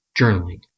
journaling